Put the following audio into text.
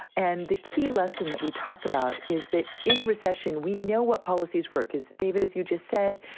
and the key lesson that we talk about is that in a recession, we know what policies work is. david, as you just said,